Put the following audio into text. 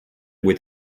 with